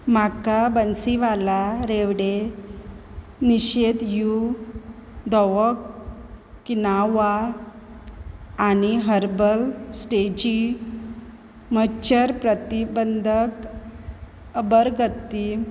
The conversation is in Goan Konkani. म्हाका बन्सीवाला रेवडे निशेद यू धवो किनोवा आनी हर्बल स्टेजी मच्छर प्रतिबंधक अगरबत्ती